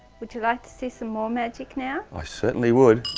would you like to see some more magic now? i certainly would.